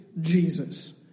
Jesus